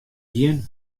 gjin